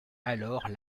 alors